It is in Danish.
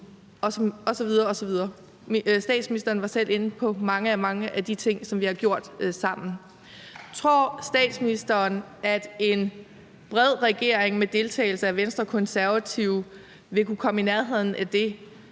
Statsministeren var selv inde på mange af de ting, som vi har gjort sammen. Tror statsministeren, at en bred regering med deltagelse af Venstre og Konservative vil kunne komme i nærheden af det,